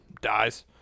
dies